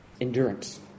Endurance